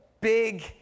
big